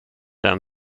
den